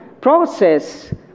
process